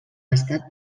estat